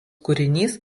kūrinys